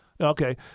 Okay